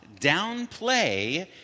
downplay